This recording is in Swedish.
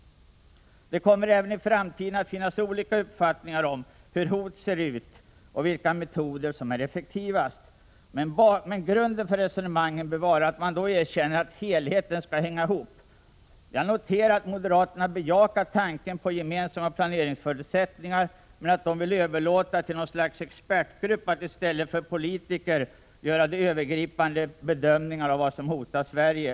Det kommer även i framtiden att finnas olika uppfattningar om hur hot ser ut och vilka metoder som är effektivast. Men grunden för resonemangen bör vara att man ändå erkänner att helheten skall hänga ihop. Jag noterar att moderaterna bejakar tanken på gemensamma planeringsförutsättningar men vill överlåta till något slags expertgrupp att i stället för politikerna göra de övergripande bedömningarna av vad som hotar Sverige.